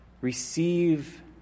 Receive